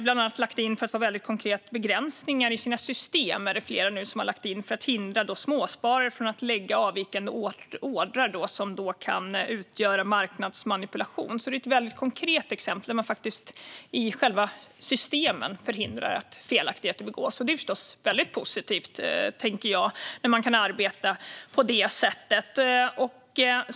Bland annat är det, för att vara väldigt konkret, flera som nu har lagt in begränsningar i sina system för att hindra småsparare från att lägga avvikande ordrar, vilket kan utgöra marknadsmanipulation. Det är ett konkret exempel där man i själva systemen förhindrar att felaktigheter begås. Jag tänker att det förstås är positivt när man kan arbeta på det sättet.